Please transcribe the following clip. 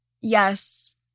Yes